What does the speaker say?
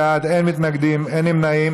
62 בעד, אין מתנגדים, אין נמנעים.